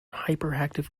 hyperactive